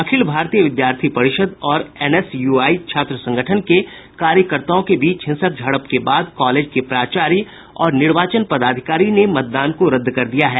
अखिल भारतीय विद्यार्थी परिषद और एनएसयूआई छात्र संगठन के कार्यकर्ताओं के बीच हिंसक झड़प के बाद कॉलेज के प्राचार्य और निर्वाचन पदाधिकारी ने मतदान को रद्द कर दिया है